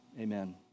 Amen